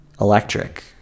electric